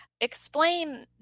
explain